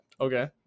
Okay